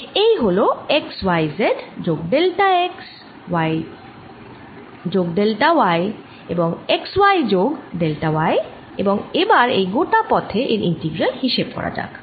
এই হলো x y x যোগ ডেল্টা x y যোগ ডেল্টা y এবং x y যোগ ডেল্টা y এবং এবার এই গোটা পথে এর ইন্টিগ্রাল হিসেব করা যাক